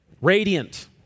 radiant